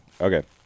okay